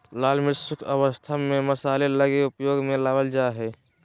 लाल मिर्च शुष्क अवस्था में मसाले लगी उपयोग में लाबल जा हइ